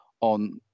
on